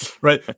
Right